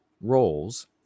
roles